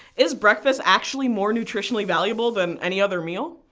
is breakfast actually more nutritionally valuable than any other meal?